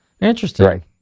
Interesting